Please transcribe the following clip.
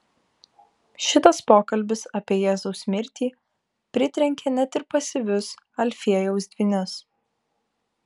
šitas pokalbis apie jėzaus mirtį pritrenkė net ir pasyvius alfiejaus dvynius